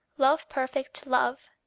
love perfect love,